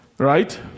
Right